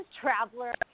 traveler